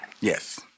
Yes